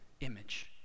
image